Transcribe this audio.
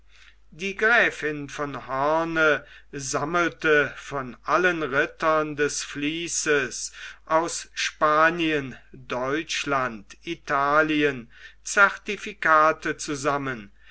die gräfin von hoorn sammelte von allen rittern des vließes aus spanien deutschland italien certifikate zusammen